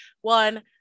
one